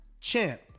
champ